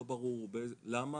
לא ברור למה,